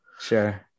sure